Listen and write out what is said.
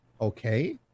Okay